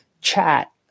chat